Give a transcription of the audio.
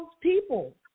people